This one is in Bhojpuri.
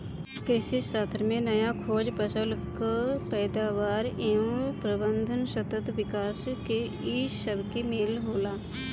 कृषिशास्त्र में नया खोज, फसल कअ पैदावार एवं प्रबंधन, सतत विकास इ सबके मेल होला